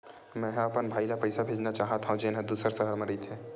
मेंहा अपन भाई ला पइसा भेजना चाहत हव, जेन हा दूसर शहर मा रहिथे